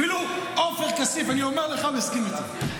אפילו עופר כסיף, אני אומר לך, מסכים איתי.